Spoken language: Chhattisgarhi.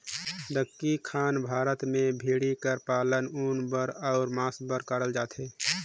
दक्खिन भारत में भेंड़ी कर पालन ऊन बर अउ मांस बर करल जाथे